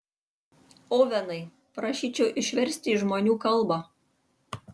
ovenai prašyčiau išversti į žmonių kalbą